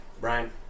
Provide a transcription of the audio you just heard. Brian